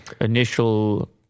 initial